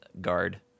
guard